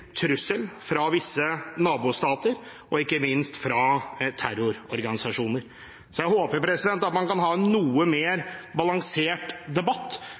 trussel fra visse nabostater, og ikke minst fra terrororganisasjoner. Så jeg håper at man kan ha en noe mer balansert debatt